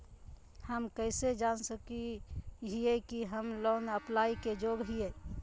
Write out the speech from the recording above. हम कइसे जान सको हियै कि हम लोन अप्लाई के योग्य हियै?